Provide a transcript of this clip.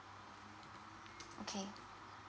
okay